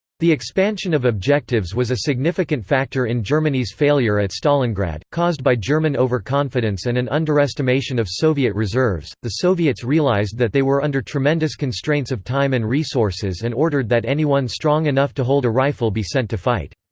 the expansion of objectives was a significant factor in germany's failure at stalingrad, caused by german overconfidence and an underestimation of soviet reserves the soviets realized that they were under tremendous constraints of time and resources and ordered that anyone strong enough to hold a rifle be sent to fight.